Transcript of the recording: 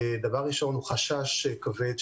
דבר ראשון הוא חשש כבד,